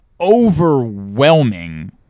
overwhelming